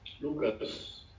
Lucas